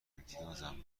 امتیازم